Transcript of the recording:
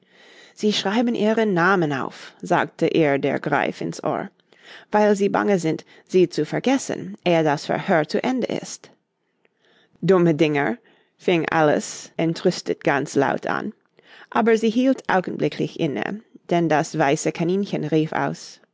sie schreiben ihre namen auf sagte ihr der greif in's ohr weil sie bange sind sie zu vergessen ehe das verhör zu ende ist dumme dinger fing alice entrüstet ganz laut an aber sie hielt augenblicklich inne denn das weiße kaninchen rief aus